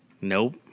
Nope